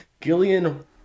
Gillian